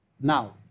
Now